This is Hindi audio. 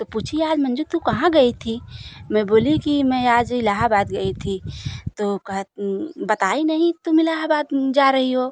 तो पूछी आज मंजू तू कहाँ गई थी मैं बोली कि मैं आज इलाहाबाद गई थी तो कहत बताए नहीं तुम इलाहाबाद में जा रही हो